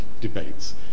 debates